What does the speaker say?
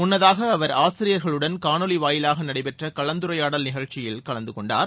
முன்னதாக அவர் ஆசிரியர்களுடன் காணொலி வாயிலாக நடைபெற்ற கலந்துரையாடல் நிகழ்ச்சியில் கலந்து கொண்டார்